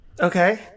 Okay